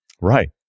Right